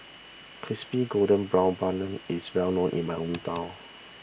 Crispy Golden Brown Bun is well known in my hometown